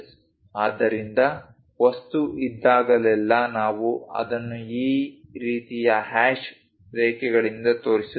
ಆದ್ದರಿಂದ ವಸ್ತು ಇದ್ದಾಗಲೆಲ್ಲಾ ನಾವು ಅದನ್ನು ಈ ರೀತಿಯ ಹ್ಯಾಶ್ ರೇಖೆಗಳಿಂದ ತೋರಿಸುತ್ತೇವೆ